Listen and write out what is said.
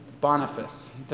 Boniface